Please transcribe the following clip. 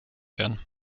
werden